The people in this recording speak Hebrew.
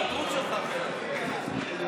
אוריאל בוסו לסגן יושב-ראש הכנסת נתקבלה.